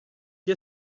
qui